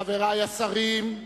חברי השרים,